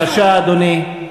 בבקשה, אדוני,